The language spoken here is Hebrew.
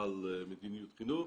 על מדיניות חינוך.